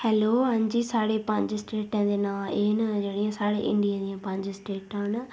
hello हां जी साढ़े पंज स्टेटें दे नांऽ एह् न जेह्ड़ियां साढ़ियां इंडिया दियां पंज स्टेटां न